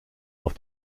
auf